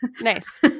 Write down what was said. Nice